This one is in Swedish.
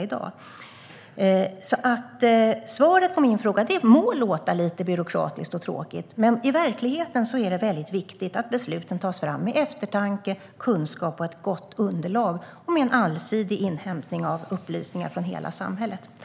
Mitt svar må låta lite byråkratiskt och tråkigt, men i verkligheten är det viktigt att besluten tas fram med eftertanke, kunskap och ett gott underlag och med en allsidig inhämtning av upplysningar från hela samhället.